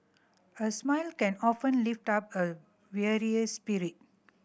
a smile can often lift up a weary spirit